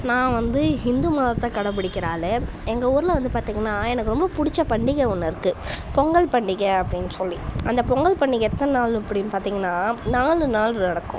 நான் வந்து ஹிந்து மதத்தை கடைப்புடிக்கிற ஆள் எங்கள் ஊரில் வந்து பார்த்திங்கன்னா எனக்கு ரொம்ப பிடிச்ச பண்டிகை ஒன்று இருக்குது பொங்கல் பண்டிகை அப்படின்னு சொல்லி அந்த பொங்கல் பண்டிகை எத்தனை நாள் அப்படின்னு பார்த்திங்கன்னா நாலு நாள் நடக்கும்